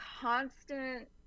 constant